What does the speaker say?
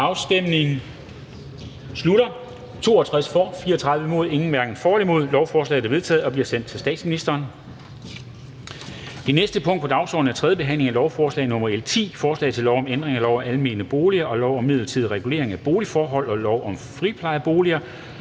registreret en stemme af Sofie Carsten Nielsen (RV)). Lovforslaget er vedtaget og bliver sendt til statsministeren. --- Det næste punkt på dagsordenen er: 16) 3. behandling af lovforslag nr. L 10: Forslag til lov om ændring af lov om almene boliger m.v., lov om midlertidig regulering af boligforholdene og lov om friplejeboliger.